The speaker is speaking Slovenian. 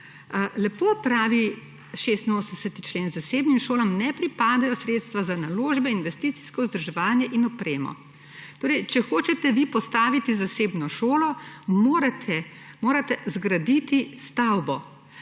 Lepo pravi 86. člen: »Zasebnim šolam ne pripadajo sredstva za naložbe, investicijsko vzdrževanje in opremo.« Torej, če hočete vi postaviti zasebno šolo, morate zgraditi stavbo.